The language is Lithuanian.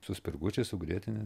su spirgučiais su grietine